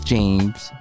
James